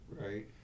Right